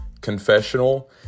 confessional